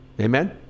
Amen